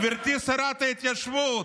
גברתי שרת ההתיישבות,